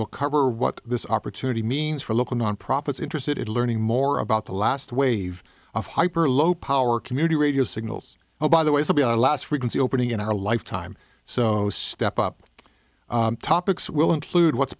will cover what this opportunity means for local nonprofits interested in learning more about the last wave of hyper low power community radio signals oh by the way will be our last frequency opening in our lifetime so step up topics will include what's